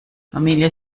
familie